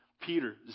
Peter